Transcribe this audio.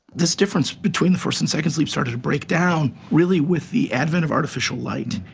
this difference between the first and second sleep started to break down really with the advent of artificial light.